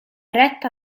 retta